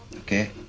okay?